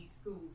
schools